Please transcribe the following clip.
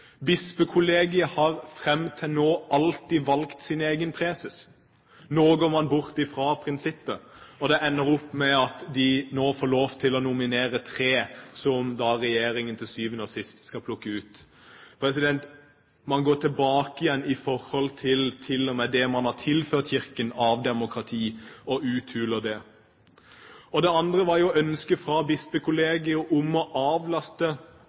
Bispekollegiet har fram til nå alltid valgt sin egen preses. Nå går man bort fra det prinsippet, og det ender opp med at de nå får lov til å nominere tre, og så skal regjeringen til syvende og sist plukke ut én. Man går til og med tilbake på det man har tilført Kirken av demokrati, og uthuler det. Så var det ønsket fra bispekollegiet om å avlaste